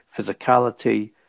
physicality